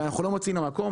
אנחנו לא מוצאים לה מקום.